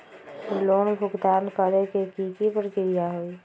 Loan भुगतान करे के की की प्रक्रिया होई?